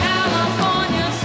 California